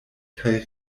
kaj